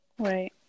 Right